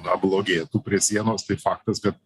na blogėtų prie sienos tai faktas kad